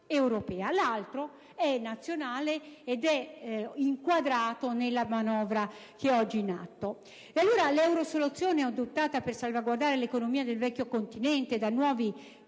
ragionamento è nazionale ed è inquadrato nella manovra che oggi è in esame. L'eurosoluzione adottata per salvaguardare l'economia del vecchio continente da nuovi